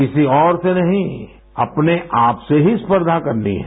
किसी और से नहीं अपने आप से ही स्पर्धा करनी है